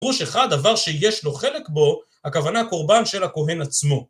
תראו שאחד הדבר שיש לו חלק בו, הכוונה קורבן של הכוהן עצמו.